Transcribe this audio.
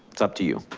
it's up to you.